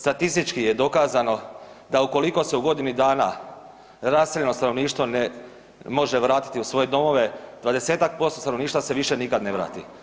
Statistički je dokazano da ukoliko se u godini dana raseljeno stanovništvo ne može vratiti u svoje domove 20-ak posto stanovništva se više nikad ne vrati.